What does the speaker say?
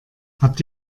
habt